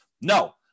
no